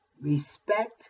Respect